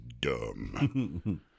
dumb